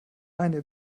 eine